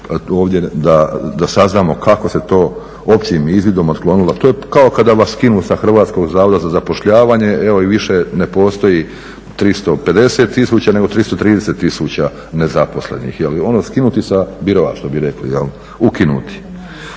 ovdje da saznamo kako se to općim izvidom otklonilo. To je kao kada vas skinu sa HZZ-a i više ne postoji 350 000 nego 330 000 nezaposlenih, ono skinuti sa biroa što bi rekli, ukinuti.